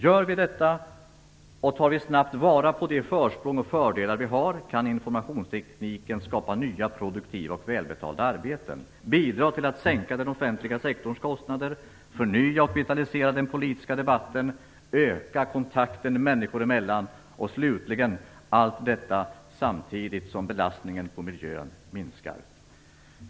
Gör vi det och tar vi snabbt till vara de försprång och fördelar vi har, kan informationstekniken skapa nya produktiva och välbetalda arbeten, bidra till att sänka den offentliga sektorns kostnader, förnya och vitalisera den politiska debatten, öka kontakten människor emellan och slutligen - allt detta samtidigt som belastningen på miljön minskar.